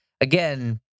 again